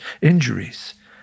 injuries